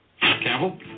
Campbell